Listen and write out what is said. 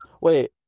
Wait